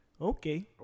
Okay